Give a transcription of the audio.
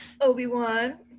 Obi-Wan